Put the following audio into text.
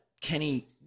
Kenny